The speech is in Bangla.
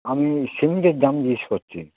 আমি সিমেন্টের দাম জিনিস করছি